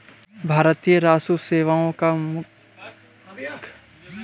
भारतीय राजस्व सेवा का मुख्य डर भ्रष्टाचार है